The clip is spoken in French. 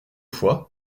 fois